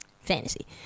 Fantasy